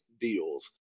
deals